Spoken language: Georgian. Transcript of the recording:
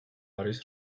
არის